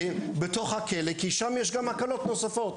בתוך הכלא כי יש שם גם הקלות נוספות.